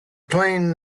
playing